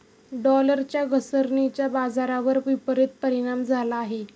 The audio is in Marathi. डॉलरच्या घसरणीचा बाजारावर विपरीत परिणाम झाला आहे